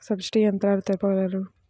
Subsidy యంత్రాలు తెలుపగలరు?